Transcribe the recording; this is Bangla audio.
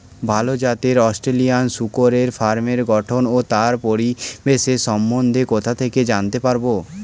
ভাল জাতের অস্ট্রেলিয়ান শূকরের ফার্মের গঠন ও তার পরিবেশের সম্বন্ধে কোথা থেকে জানতে পারবো?